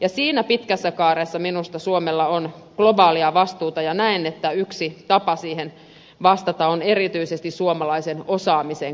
ja siinä pitkässä kaaressa suomella on minusta globaalia vastuuta ja näen että yksi tapa vastata siihen on erityisesti suomalaisen osaaminen kautta